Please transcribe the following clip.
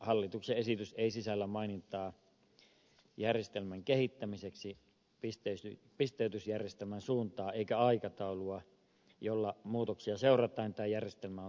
hallituksen esitys ei sisällä mainintaa järjestelmän kehittämiseksi pisteytysjärjestelmän suuntaan eikä aikataulua jolla muutoksia seurataan tai järjestelmää on tarkoitus kehittää